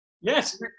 Yes